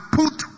put